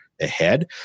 ahead